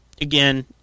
Again